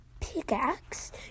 pickaxe